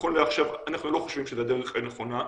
נכון לעכשיו אנחנו לא חושבים שזה הדרך הנכונה.